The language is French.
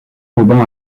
aubin